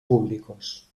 públicos